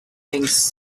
things